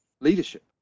leadership